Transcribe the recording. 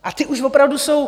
A ty už opravdu jsou...